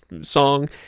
song